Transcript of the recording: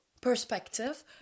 perspective